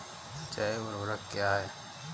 जैव ऊर्वक क्या है?